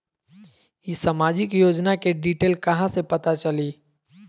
ई सामाजिक योजना के डिटेल कहा से पता चली?